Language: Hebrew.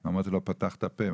ואני אמרתי לו: ״פתחת פה,